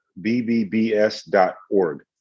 BBBS.org